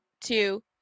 two